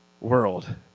world